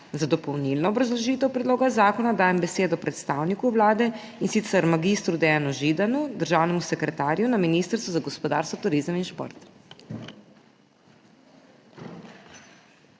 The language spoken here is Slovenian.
Za dopolnilno obrazložitev predloga zakona dajem besedo predstavniku Vlade, in sicer mag. Dejanu Židanu, državnemu sekretarju na Ministrstvu za gospodarstvo, turizem in šport.